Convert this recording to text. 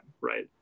Right